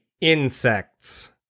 insects